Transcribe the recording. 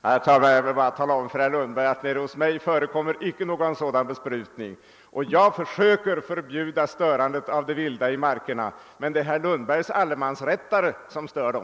Herr talman! Jag vill bara tala om för herr Lundberg att nere hos mig förekommer inte någon sådan besprutning som han syftade på. Jag försöker förbjuda störandet av de vilda djuren i markerna, men det är herr Lundbergs »allemansrättare» som stör dem.